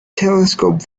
telescope